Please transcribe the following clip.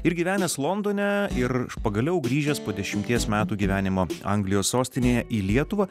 ir gyvenęs londone ir pagaliau grįžęs po dešimties metų gyvenimo anglijos sostinėje į lietuvą